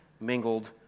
mingled